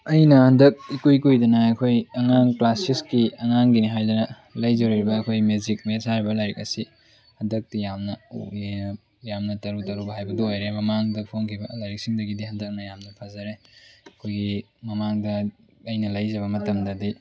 ꯑꯩꯅ ꯍꯟꯗꯛ ꯏꯀꯨꯏ ꯀꯨꯏꯗꯅ ꯑꯩꯈꯣꯏ ꯑꯉꯥꯡ ꯀ꯭ꯂꯥꯁ ꯁꯤꯛꯁꯀꯤ ꯑꯉꯥꯡꯒꯤꯅꯤ ꯍꯥꯏꯗꯅ ꯂꯩꯖꯔꯀꯏꯕ ꯑꯩꯈꯣꯏ ꯃꯦꯖꯤꯛ ꯃꯦꯗꯁ ꯍꯥꯏꯔꯤꯕ ꯂꯥꯏꯔꯤꯛ ꯑꯁꯤ ꯍꯟꯗꯛꯇꯤ ꯌꯥꯝꯅ ꯌꯥꯝꯅ ꯇꯔꯨ ꯇꯔꯨꯕ ꯍꯥꯏꯕꯗꯨ ꯑꯣꯏꯔꯦ ꯃꯃꯥꯡꯗ ꯐꯣꯡꯈꯤꯕ ꯂꯥꯏꯔꯤꯛꯁꯤꯡꯗꯒꯤꯗꯤ ꯍꯟꯗꯛꯅ ꯌꯥꯝꯅ ꯐꯖꯔꯦ ꯑꯩꯈꯣꯏꯒꯤ ꯃꯃꯥꯡꯗ ꯑꯩꯅ ꯂꯩꯖꯕ ꯃꯇꯝꯗꯗꯤ